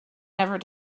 never